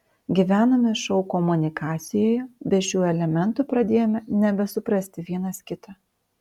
gyvename šou komunikacijoje be šių elementų pradėjome nebesuprasti vienas kito